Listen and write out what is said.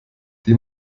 die